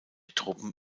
truppen